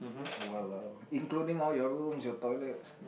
!walao! including all your rooms all your toilets